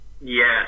Yes